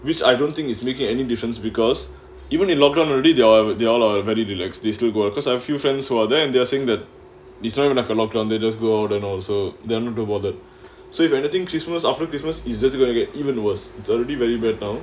which I don't think is making any difference because even in lockdown on already they are they are a very relax these legal because I've few friends who are there and they're saying that the an economically and they just go out and also then rewarded so if anything christmas after christmas is just going to get even worse it's already very vietnam